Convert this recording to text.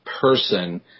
person